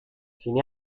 fine